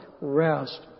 rest